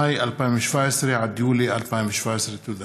ממאי 2017 עד יולי 2017. תודה.